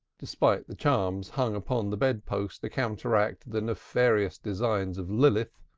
despite the charms hung upon the bedpost to counteract the nefarious designs of lilith,